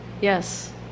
Yes